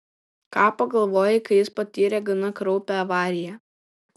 ką pagalvojai kai jis patyrė gana kraupią avariją